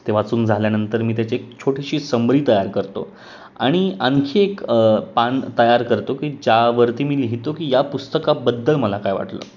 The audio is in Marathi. ते वाचून झाल्यानंतर मी त्याची एक छोटीशी समरी तयार करतो आणि आणखी एक पान तयार करतो की ज्यावरती मी लिहितो की या पुस्तकाबद्दल मला काय वाटलं